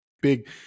big